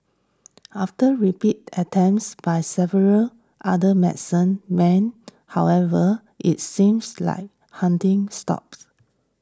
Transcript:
after repeated attempts by several other medicine men however it seems like haunting stopped